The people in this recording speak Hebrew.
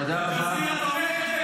תודה רבה, תודה רבה.